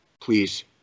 Please